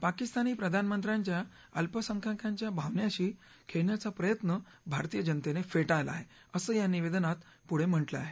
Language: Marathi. पाकिस्तानी प्रधानमंत्र्यांचा अल्पसंख्याकांच्या भावनांशी खेळण्याचा प्रयत्न भारतीय जनतेनं फेटाळला आहे असं या निवेदनात पुढे म्हटलं आहे